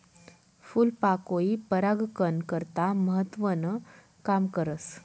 फूलपाकोई परागकन करता महत्वनं काम करस